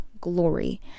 glory